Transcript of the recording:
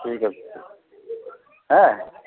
ঠিক আছে হুঁ হ্যাঁ